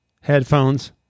headphones